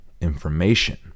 information